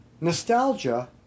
Nostalgia